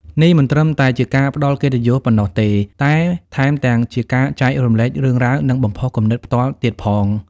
នេះមិនត្រឹមតែជាការផ្តល់កិត្តិយសប៉ុណ្ណោះទេ តែថែមទាំងជាការចែករំលែករឿងរ៉ាវ និងបំផុសគំនិតផ្ទាល់ទៀតផង។